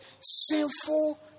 sinful